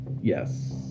Yes